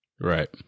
Right